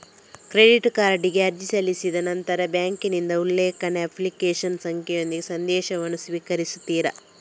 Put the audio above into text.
credit ಕಾರ್ಡಿಗೆ ಅರ್ಜಿ ಸಲ್ಲಿಸಿದ ನಂತರ ಬ್ಯಾಂಕಿನಿಂದ ಉಲ್ಲೇಖ, ಅಪ್ಲಿಕೇಶನ್ ಸಂಖ್ಯೆಯೊಂದಿಗೆ ಸಂದೇಶವನ್ನು ಸ್ವೀಕರಿಸುತ್ತೀರಿ